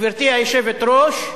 גברתי היושבת-ראש,